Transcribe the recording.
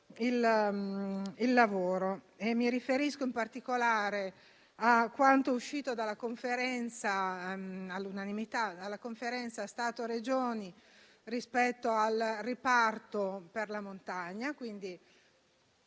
il lavoro. Mi riferisco in particolare a quanto uscito all'unanimità dalla Conferenza Stato-Regioni rispetto al riparto per la montagna.